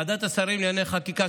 ועדת השרים לענייני חקיקה,